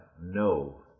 no